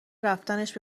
رفتنش